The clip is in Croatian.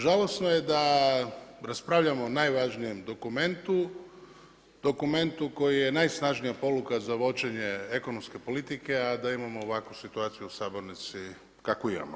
Žalosno je da raspravljamo o najvažnijem dokumentu, dokumentu koji je najsnažnija poluga za vođenje ekonomske politike, a da imamo ovakvu situaciju u sabornici kakvu imamo.